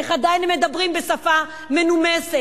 איך הם עדיין מדברים בשפה מנומסת?